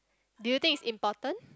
do you think it's important